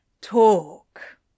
Talk